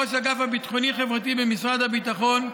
ראש האגף הביטחוני-חברתי במשרד הביטחון,